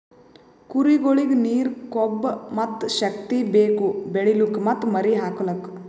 ಕುರಿಗೊಳಿಗ್ ನೀರ, ಕೊಬ್ಬ ಮತ್ತ್ ಶಕ್ತಿ ಬೇಕು ಬೆಳಿಲುಕ್ ಮತ್ತ್ ಮರಿ ಹಾಕಲುಕ್